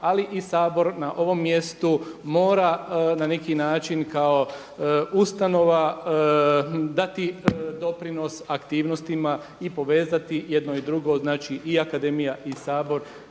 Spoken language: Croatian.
ali i Sabor na ovom mjestu mora na neki način kao ustanova dati doprinos aktivnostima i povezati i jedno i drugo, znači i akademija i Sabor,